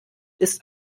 ist